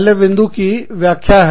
पहले बिंदु की व्याख्या है